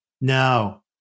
No